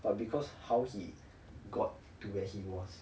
but because how he got to where he was